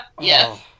Yes